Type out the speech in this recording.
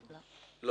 לא.